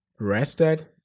rested